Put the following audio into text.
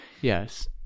yes